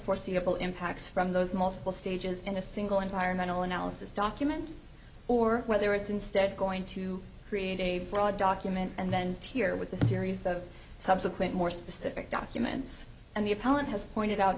foreseeable impacts from those multiple stages in a single environmental analysis document or whether it's instead going to create a broad document and then tear with the series of subsequent more specific documents and the appellant has pointed out